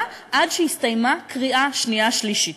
עד שהסתיימה קריאה שנייה וקריאה שלישית.